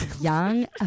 young